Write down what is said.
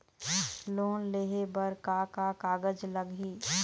Loan लेहे बर का का कागज लगही?